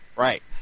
Right